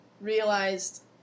realized